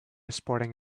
sporting